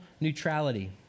neutrality